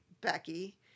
Becky